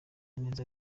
neza